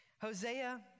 Hosea